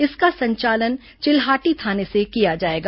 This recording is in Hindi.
इसका संचालन चिल्हाटी थाने से किया जाएगा